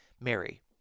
Mary